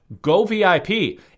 govip